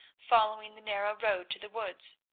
following the narrow road to the woods.